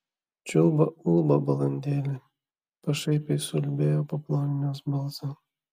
čiulba ulba balandėlė pašaipiai suulbėjo paploninęs balsą